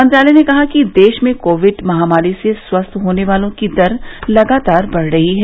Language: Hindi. मंत्रालय ने कहा है कि देश में कोविड महामारी से स्वस्थ होने वालों की दर लगातार बढ़ रही है